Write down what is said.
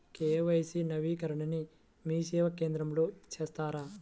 KYC నవీకరణని మీసేవా కేంద్రం లో చేస్తారా?